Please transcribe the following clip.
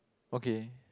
okay